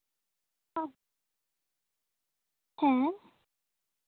ᱚ ᱦᱮᱸ